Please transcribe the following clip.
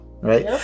right